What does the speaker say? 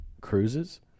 cruises